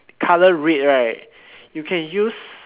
colour red right you can use